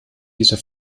dieser